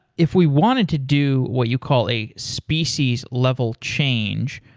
if we wanted to do what you call a species level change,